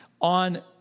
On